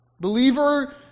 Believer